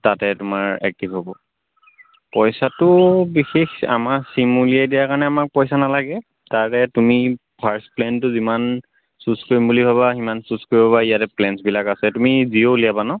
তাতে তোমাৰ একটিভ হ'ব পইচাটো বিশেষ আমাৰ চিম উলিয়াই দিয়াৰ কাৰণে আমাক পইচা নালাগে তাৰে তুমি ফাৰ্ষ্ট প্লেনটো যিমান চ্য়ুজ কৰিম বুলি ভাবা সিমান চ্য়ুজ কৰিব পাৰা ইয়াতে প্লেনচবিলাক আছে তুমি জিঅ' উলিয়াবা ন